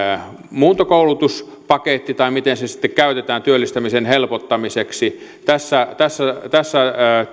muuntokoulutuspaketti tai miten se sitten käytetään työllistämisen helpottamiseksi tässä tässä